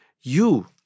You